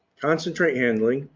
concentrate handling,